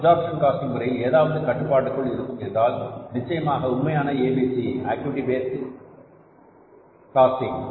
absorption costing முறையில் ஏதாவது கட்டுப்பாடுகள் இருக்கும் என்றால் நிச்சயமாக உண்மையான ABC ஆக்டிவிட்டி பேஸ்ட் காஸ்டிங்